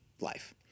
life